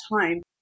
time